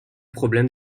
problème